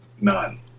none